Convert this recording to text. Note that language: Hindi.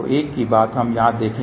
तो एक ही बात हम यहाँ देखें